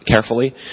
carefully